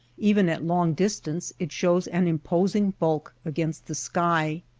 even at long distance it shows an imposing bulk against the sky,